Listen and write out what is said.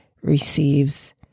receives